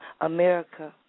America